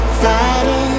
fighting